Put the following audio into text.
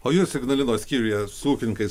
o jos ignalinos skyriuje su ūkininkais